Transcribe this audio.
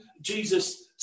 Jesus